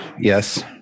Yes